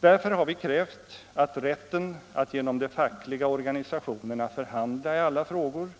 Därför har vi krävt att rätten att genom de fackliga organisationerna förhandla i alla frågor,